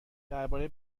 درباره